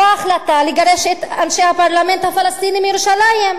או ההחלטה לגרש את אנשי הפרלמנט הפלסטיני מירושלים,